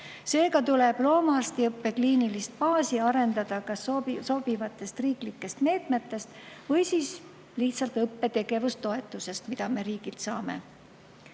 Seega tuleb loomaarstiõppe kliinilist baasi arendada kas sobivatest riiklikest meetmetest või lihtsalt õppetegevustoetusest, mida me riigilt saame.2012.